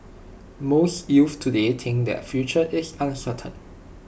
most youths today think their future is uncertain